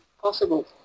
possible